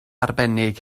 arbennig